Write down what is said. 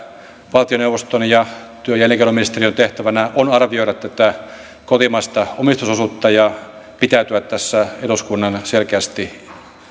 valtioneuvoston ja työ ja elinkeinoministeriön tehtävänä on arvioida tätä kotimaista omistusosuutta ja pitäytyä tässä eduskunnan selkeästi